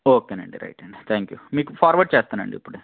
okay అండి right అండి thank you మీకు ఫార్వర్డ్ చేస్తాను అండి ఇప్పుడే